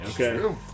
Okay